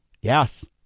Yes